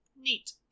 Neat